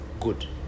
good